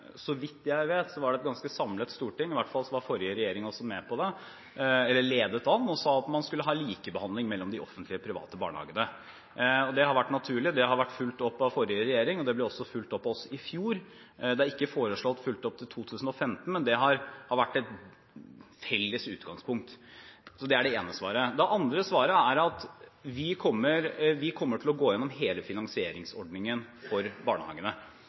så vidt jeg vet, var det et ganske samlet storting – i hvert fall var forrige regjering også med på det, eller ledet an – som sa at man skulle ha likebehandling mellom de offentlige og de private barnehagene. Det har vært naturlig, det har vært fulgt opp av forrige regjering, og det ble også fulgt opp av oss i fjor. Det er ikke foreslått fulgt opp i 2015, men det har vært et felles utgangspunkt. Det er det ene svaret. Det andre svaret er at vi kommer til å gå igjennom hele finansieringsordningen for barnehagene